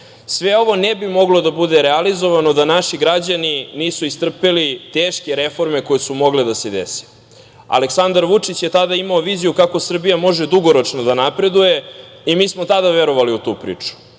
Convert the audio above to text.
ovo ne bi moglo da bude realizovano da naši građani nisu iscrpeli teške reforme koje su mogle da se dese. Aleksandar Vučić je imao viziju kako Srbija može dugoročno da napreduje, i mi smo tada verovali u tu priču.